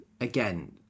Again